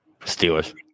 Steelers